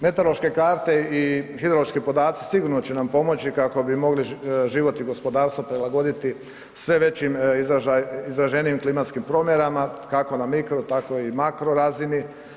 Meteorološke karte i hidrološki podaci sigurno će nam pomoći kako bi mogli život i gospodarstvo prilagoditi sve većim izraženijim klimatskim promjenama kako na mikro tako i makro razini.